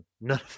None